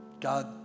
God